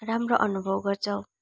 राम्रो अनुभव गर्छौ